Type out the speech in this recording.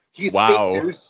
Wow